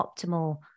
optimal